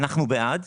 שלזה אנחנו בעד,